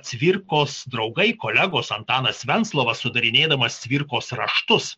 cvirkos draugai kolegos antanas venclova sudarinėdamas cvirkos raštus